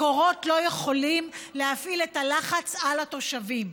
מקורות לא יכולים להפעיל את הלחץ על התושבים.